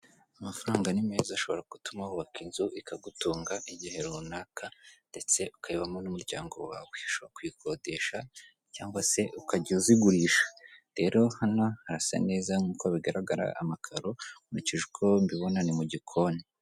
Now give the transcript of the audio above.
Amafaranga ni meza ashobora gutuma wubaka inzu ikagutunga igihe runaka ndetse ukabamo n'umuryango wawe, ushobora kuyikodesha cyangwa se ukajya kuzigurisha, rero hano harasa neza nk'uko bigaragara amakaro nkurikije uko mbibona ni mu gikoni.